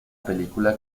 película